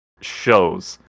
shows